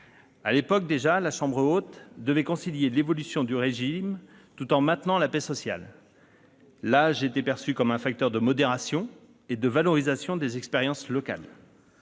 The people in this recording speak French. À l'époque, déjà, la chambre haute devait concilier l'évolution du régime tout en maintenant la paix sociale. L'âge était perçu comme un facteur de modération et de valorisation des expériences locales.